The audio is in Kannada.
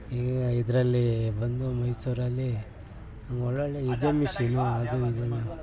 ಈಗ ಇದರಲ್ಲಿ ಬಂದು ಮೈಸೂರಲ್ಲಿ ಒಳ್ಳೊಳ್ಳೆ ಇದು ಮೆಷಿನು ಅದು ಇದೆಲ್ಲ